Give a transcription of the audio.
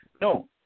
No